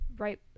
Right